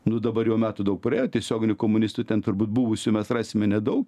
nu dabar jau metų daug praėjo tiesioginių komunistų ten turbūt buvusių mes rasime nedaug